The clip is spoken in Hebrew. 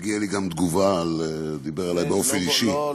מגיעה לי גם תגובה, דיבר אלי באופן אישי.